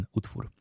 utwór